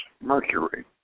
Mercury